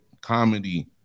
comedy